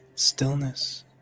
Stillness